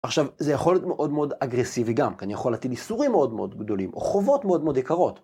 עכשיו, זה יכול להיות מאוד מאוד אגרסיבי גם, כי אני יכול להטיל איסורים מאוד מאוד גדולים, או חובות מאוד מאוד יקרות.